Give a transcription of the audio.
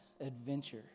adventure